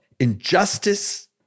Injustice